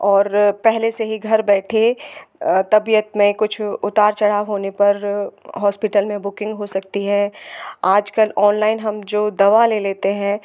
और पहले से ही घर बैठे तबियत में कुछ उतार चढ़ाव होने पर हॉस्पिटल में बुकिंग हो सकती है आजकल ऑनलाइन हम जो दवा ले लेते हैं